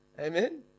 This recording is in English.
Amen